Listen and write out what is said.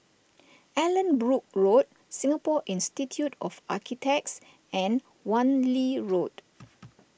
Allanbrooke Road Singapore Institute of Architects and Wan Lee Road